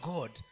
God